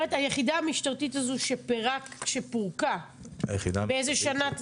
היחידה המשטרתית הזו שפורקה, באיזה שנה?